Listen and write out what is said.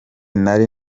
nari